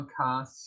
podcasts